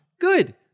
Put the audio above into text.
good